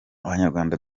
abanyarwanda